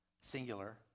singular